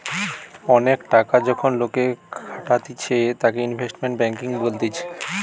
অনেক টাকা যখন লোকে খাটাতিছে তাকে ইনভেস্টমেন্ট ব্যাঙ্কিং বলতিছে